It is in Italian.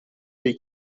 dei